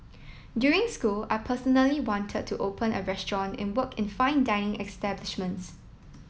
during school I personally wanted to open a restaurant and work in fine dining establishments